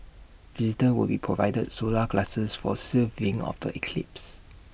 visitors will be provided solar glasses for safe viewing of the eclipse